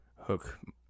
hook